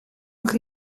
nog